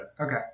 Okay